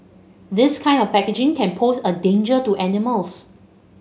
this kind of packaging can pose a danger to animals